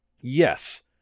Yes